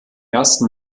ersten